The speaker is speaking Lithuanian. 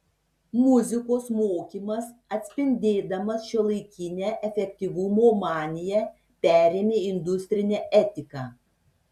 muzikos mokymas atspindėdamas šiuolaikinę efektyvumo maniją perėmė industrinę etiką